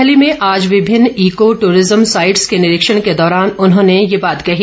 जंजैहली में आज विभिन्न इको टूरिज्म साइट्स के निरीक्षण के दौरान उन्होंने ये बात कही